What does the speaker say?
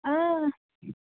ആഹ്ഹ